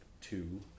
two